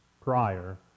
prior